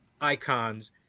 icons